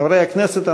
חברי הכנסת,